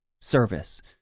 service